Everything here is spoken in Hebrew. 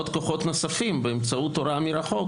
כוחות נוספים באמצעות הוראה מרחוק